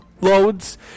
loads